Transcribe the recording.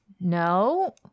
No